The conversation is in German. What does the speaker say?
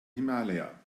himalaya